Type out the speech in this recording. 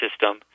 system